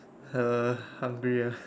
uh hungry ah